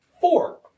Four